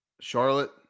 Charlotte